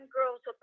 Girls